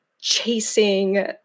chasing